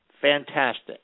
Fantastic